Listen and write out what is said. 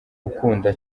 ukunda